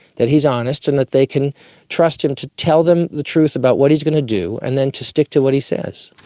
that he's honest and that they can trust him to tell them the truth about what he's going to do and then to stick to what he says.